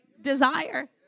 desire